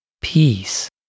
peace